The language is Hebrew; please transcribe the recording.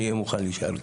אני אהיה מוכן להישאר כאן.